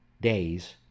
days